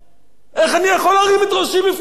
איך אני יכול להרים את ראשי בפני הציבור